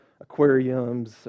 aquariums